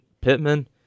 Pittman